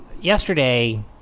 yesterday